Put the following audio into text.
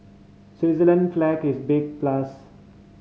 Switzerland flag is a big plus